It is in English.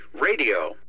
Radio